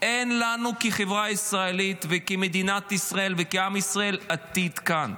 אין לנו כחברה ישראלית וכמדינת ישראל וכעם ישראל עתיד כאן.